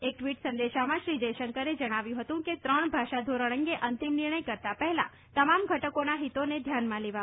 એક ટ્વિટ સંદેશામાં શ્રી જયશંકરે જણાવ્યું હતું કે ત્રણ ભાષા ધોરણ અંગે અંતિમ નિર્ણય કરતા પહેલા તમામ ઘટકોના હિતોને ધ્યાનમાં લેવામાં આવશે